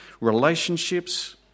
relationships